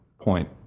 point